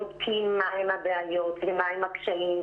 בודקים מהן הבעיות ומהם הקשיים,